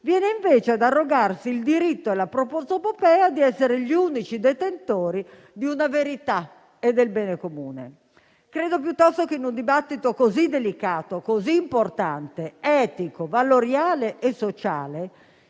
di tutti, ci si arroghi il diritto e la prosopopea di essere gli unici detentori di una verità e del bene comune. Credo piuttosto che in un dibattito così delicato, così importante, etico, valoriale e sociale,